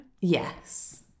Yes